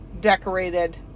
decorated